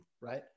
right